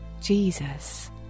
Jesus